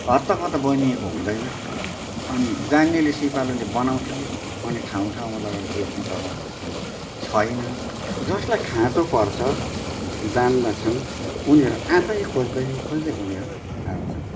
हतपत बनिएको हुँदैन अनि जान्नेले सिपालुले बनाउछन् अनि ठाउँ ठाउँमा लगेर बेच्ने चलनहरू पनि छैन जसलाई खाँचो पर्छ जान्दछन् उनीहरू आफै खोज्दै खोज्दै उनीहरू आउँछन्